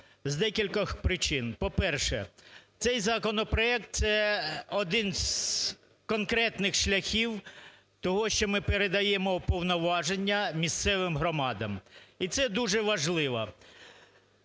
з декількох причин. По-перше, цей законопроект – один з конкретних шляхів того, що ми передаємо повноваження місцевим громадам. І це дуже важливо.